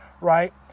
right